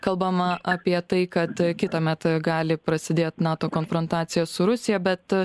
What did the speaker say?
kalbama apie tai kad kitąmet gali prasidėt nato konfrontacija su rusija bet